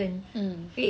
mm